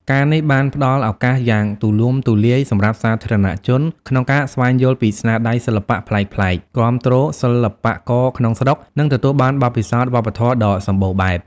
ការណ៍នេះបានផ្តល់ឱកាសយ៉ាងទូលំទូលាយសម្រាប់សាធារណជនក្នុងការស្វែងយល់ពីស្នាដៃសិល្បៈប្លែកៗ គាំទ្រសិល្បករក្នុងស្រុក និងទទួលបានបទពិសោធន៍វប្បធម៌ដ៏សម្បូរបែប។